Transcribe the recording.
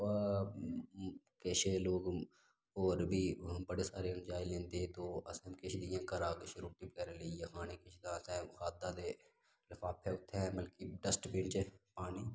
किश लोक होर बी बड़ा सारा इंजाए लैंदे ते किश इ'यां घरा किश रुट्टी बगैरा लेइयै खाने किश तां असें खाद्धा ते लफाफे उत्थैं मतलब कि डस्टबीन च पाने